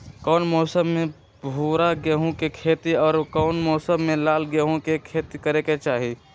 कौन मौसम में भूरा गेहूं के खेती और कौन मौसम मे लाल गेंहू के खेती करे के चाहि?